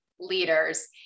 Leaders